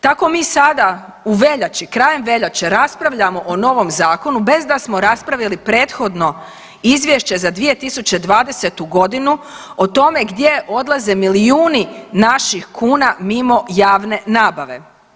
Tako mi sada u veljači, krajem veljače raspravljamo o novom zakonu bez da smo raspravili prethodno Izvješće za 2020. godinu o tome gdje odlaze milijuni naših kuna mimo javne nabave.